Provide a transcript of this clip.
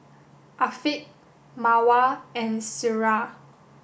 Afiq Mawar and Syirah